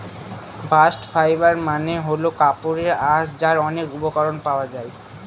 bast fibre মানে হল কাপড়ের আঁশ যার অনেক উপকরণ পাওয়া যায়